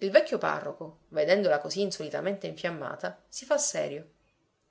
il vecchio parroco vedendola così insolitamente infiammata si fa serio